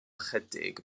ychydig